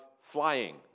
flying